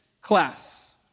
class